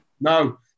No